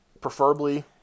preferably